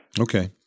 Okay